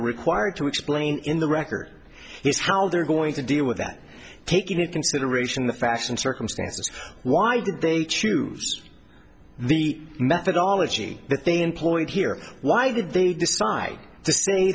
're required to explain in the record is how they're going to deal with that take into consideration the facts and circumstances why did they choose the methodology that they employed here why did they decide to say